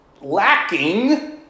lacking